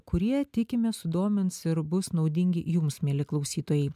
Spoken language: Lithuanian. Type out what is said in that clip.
kurie tikimės sudomins ir bus naudingi jums mieli klausytojai